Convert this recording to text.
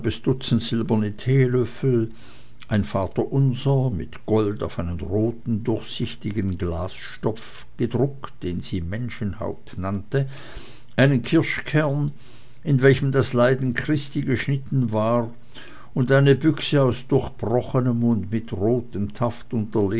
dutzend silberne teelöffel ein vaterunser mit gold auf einen roten durchsichtigen glasstoff gedruckt den sie menschenhaut nannte einen kirschkern in welchen das leiden christi geschnitten war und eine büchse aus durchbrochenem und mit rotem taft